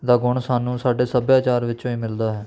ਦਾ ਗੁਣ ਸਾਨੂੰ ਸਾਡੇ ਸੱਭਿਆਚਾਰ ਵਿੱਚੋਂ ਹੀ ਮਿਲਦਾ ਹੈ